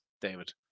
David